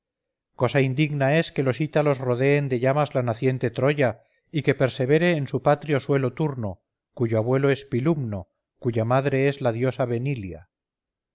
cosa indigna es que los ítalos rodeen de llamas la naciente troya y que persevere en su patrio suelo turno cuyo abuelo es pilumno cuya madre es la diosa venilia